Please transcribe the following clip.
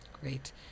Great